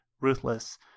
ruthless